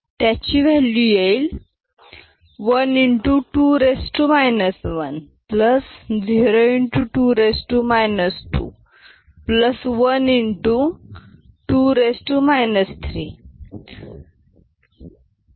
त्याची व्हॅल्यू येईल 12 1 02 2 12 3 0